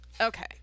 Okay